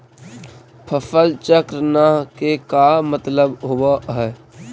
फसल चक्र न के का मतलब होब है?